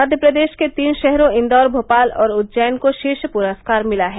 मध्यप्रदेश के तीन शहरों इंदौर भोपाल और उज्जैन को शीर्ष पुरस्कार मिला है